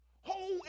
whole